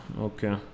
Okay